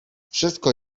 wszystko